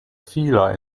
phyla